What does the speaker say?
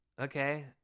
okay